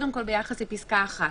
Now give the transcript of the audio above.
קודם כל, ביחס לפסקה (1),